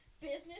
business